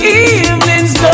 evening's